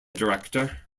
director